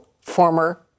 former